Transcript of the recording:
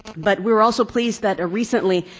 but we were also pleased that recently,